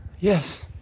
yes